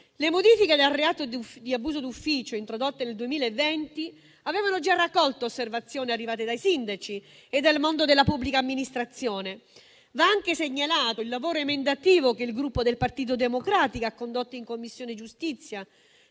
Le modifiche del reato di abuso d'ufficio, introdotte nel 2020, avevano già raccolto osservazioni arrivate dai sindaci e dal mondo della pubblica amministrazione. Va anche segnalato il lavoro emendativo che il Gruppo Partito Democratico ha condotto in Commissione giustizia